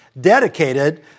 dedicated